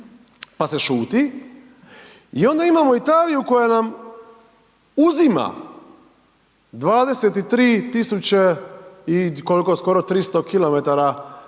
pa se šuti, i onda imamo Italiju koja nam uzima 23 tisuće i koliko, skoro 300 km2